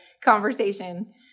conversation